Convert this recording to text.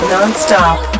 Non-stop